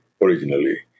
originally